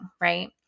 Right